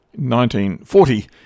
1940